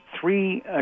three